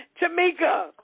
Tamika